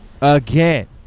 again